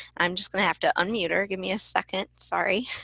i'm just going to have to unmute her. give me a second. sorry.